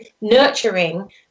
nurturing